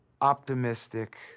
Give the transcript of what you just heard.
optimistic